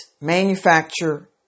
manufacture